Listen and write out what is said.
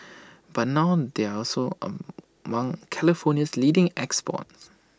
but now they are also among California's leading exports